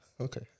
Okay